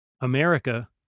America